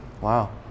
Wow